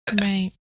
Right